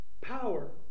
power